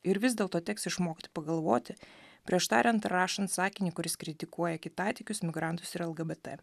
ir vis dėlto teks išmokt pagalvoti prieš tariant ar rašant sakinį kuris kritikuoja kitatikius migrantus ir lgbt